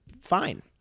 fine